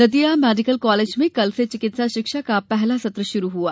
Datia medical college में कल से चिकित्सा शिक्षा का पहला सत्र शुरू हुआ